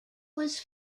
was